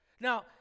Now